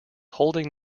holding